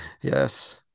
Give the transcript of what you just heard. Yes